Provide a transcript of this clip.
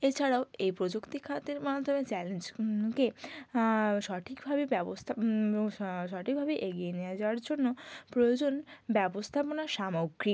এছাড়াও এই প্রযুক্তি খাতের মাধ্যমে চ্যালেঞ্জকে সঠিকভাবে ব্যবস্তা সঠিকভাবে এগিয়ে নিয়ে যাওয়ার জন্য প্রয়োজন ব্যবস্থাপনা সামগ্রী